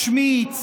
השמיץ,